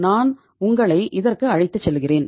நான் உங்களை இதற்கு அழைத்துச் செல்கிறேன்